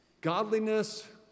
Godliness